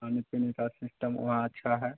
खाने पीने का सिस्टम वहाँ अच्छा है